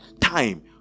time